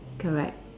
correct